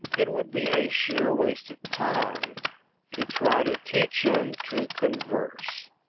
it would be a sheer waste of time to try to teach him to converse.